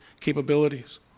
capabilities